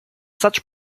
such